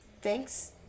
thanks